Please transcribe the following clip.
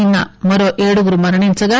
నిన్స మరో ఏడుగురు మరణించగా